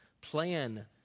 plan